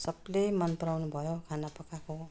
सबले मन पराउनु भयो खाना पकाएको